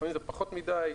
לפעמים זה פחות מדי,